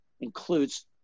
includes